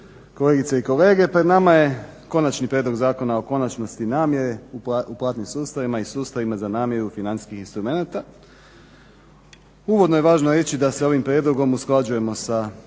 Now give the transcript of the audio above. kolegice i kolege pred nama je Konačni prijedlog Zakona o konačnosti namire u platnim sustavima i sustavima za namiru financijskih instrumenata. Uvodno je važno reći da se ovim prijedlogom usklađujemo sa